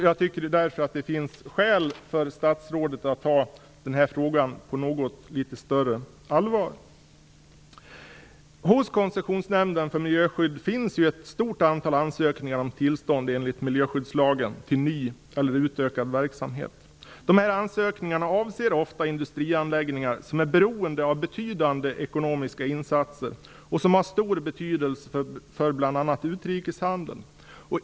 Jag tycker därför att det finns skäl för miljöministern att ta den här frågan på litet större allvar. Hos Koncessionsnämnden för miljöskydd finns ett stort antal ansökningar om tillstånd enligt miljöskyddslagen till ny eller utökad verksamhet. Dessa ansökningar avser ofta industrianläggningar som är beroende av betydande ekonomiska insatser och som har stor betydelse för bl.a. utrikeshandeln.